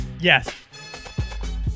Yes